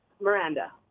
Miranda